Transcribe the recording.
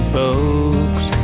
folks